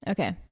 Okay